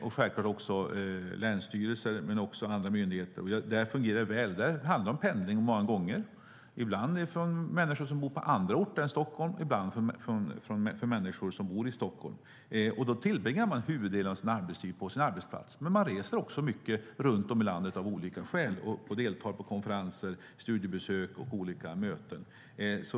Det är också länsstyrelser och andra myndigheter. Det fungerar väl. Det handlar många gånger om pendling, ibland för människor som bor på andra orter än Stockholm och ibland för människor som bor i Stockholm. Man tillbringar huvuddelen av sin arbetstid på sin arbetsplats, men man reser också mycket runt om i landet av olika skäl, deltar i konferenser, studiebesök och olika möten.